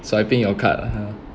swiping your card uh